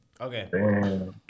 Okay